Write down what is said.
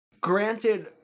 Granted